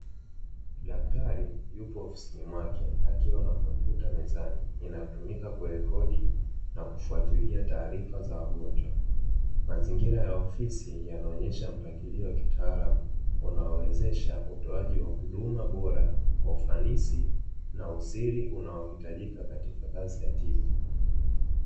Daktari yupo ofisini mwake akiwa na kompyuta mezani inayotumika kurekodi na kufwatilia taarifa za wagonjwa. Mazingira ya ofisi yanaonyesha mpangilio wa kitaalamu unaowezesha utoaji wa huduma bora kwa ufanisi na usiri unaohitajika katika kazi ya tiba.